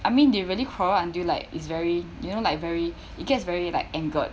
I mean they really quarrel until like it's very you know like very it gets very like angered